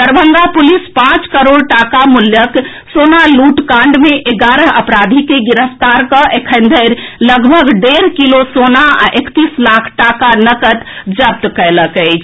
Darbhanga police पांच करोड़ टाका मूल्यक सोना लूटकांड मे एगारह अपराधी के गिरफ्तार कऽ एखन धरि लगभग डेढ़ किलो सोना आ एकतीस लाख टाका नकद जब्त कयलक अछि